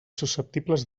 susceptibles